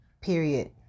period